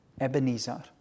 Ebenezer